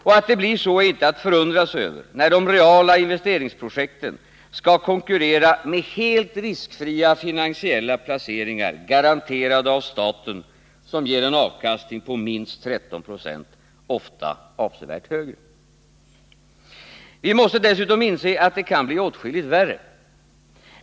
Att det blir så är inte att förundra sig över, när de reala investeringsprojekten skall konkurrera med helt riskfria finansiella placeringar, garanterade av staten, som ger en avkastning på minst 13 96, ofta avsevärt högre. Vi måste dessutom inse att det kan bli åtskilligt värre.